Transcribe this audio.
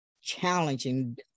challenging